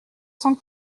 cent